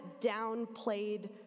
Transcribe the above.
downplayed